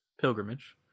pilgrimage